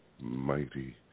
mighty